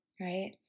right